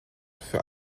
für